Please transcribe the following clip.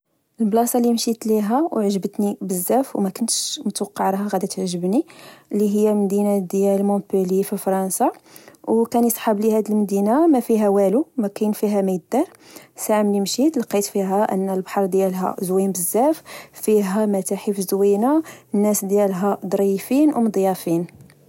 البلاصة لمشيت ليها أو عجبتني بزاف، ومكنتش متوقعة راه غدا تعجبني، لهي مدينة ديال مونپوليي في فرانسا ، أو كان يصحاب لي هاد المدينة مفيها والو، مكين فيها ميدار ، ساعة ملي مشيت لقيت فيها أن البحر ديالها زوين بزاف، فيها متاحف زوينة، الناس ديالها ظريفين ومظيافين